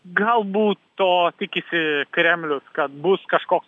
galbūt to tikisi kremlius kad bus kažkoks